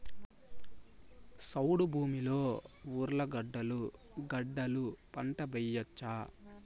చౌడు భూమిలో ఉర్లగడ్డలు గడ్డలు పంట వేయచ్చా?